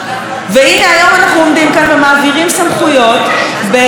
היום אנחנו עומדים כאן ומעבירים סמכויות באירוע שבאמת,